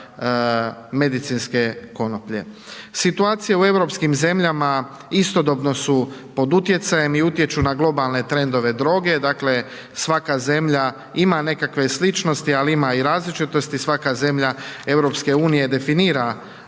Situacija u europskim zemljama istodobno su pod utjecajem i utječu na globalne trendove droge, dakle svaka zemlja ima nekakve sličnosti, ali ima i različitosti, svaka zemlja EU definira ovo